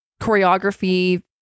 choreography